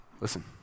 Listen